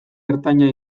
ertaina